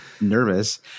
nervous